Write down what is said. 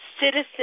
citizen